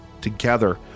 Together